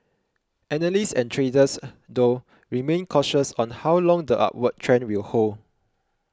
analysts and traders though remain cautious on how long the upward trend will hold